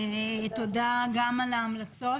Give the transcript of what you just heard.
תודה גם על ההמלצות.